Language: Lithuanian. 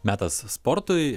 metas sportui